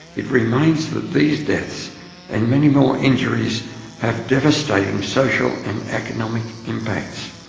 it remains that these deaths and many more injuries have devastating social and economic impacts.